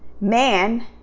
man